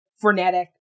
Frenetic